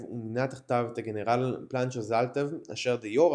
ומינה תחתיו את הגנרל פנצ'ו זלאטב אשר דה יורה